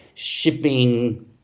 shipping